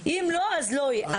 אם לא, אז לא יהיה.